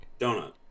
donut